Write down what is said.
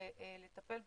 ולטפל בנושא,